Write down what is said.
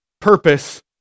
purpose